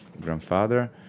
grandfather